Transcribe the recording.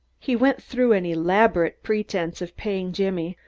he went through an elaborate pretense of paying jimmy,